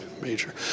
major